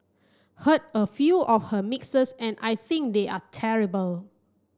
heard a few of her mixes and I think they are terrible